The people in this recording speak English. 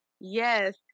Yes